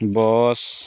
bus